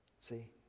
See